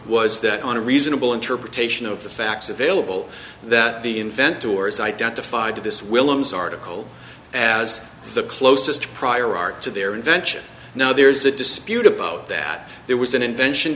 was that on a reasonable interpretation of the facts available that the invent doors identified this willems article as the closest prior art to their invention now there is a dispute about that there was an invention